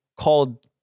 called